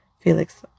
Felix